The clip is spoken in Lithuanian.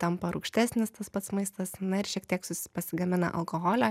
tampa rūgštesnis tas pats maistas na ir šiek tiek susi pasigamina alkoholio